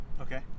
Okay